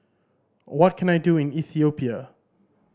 what can I do in Ethiopia